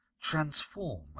transform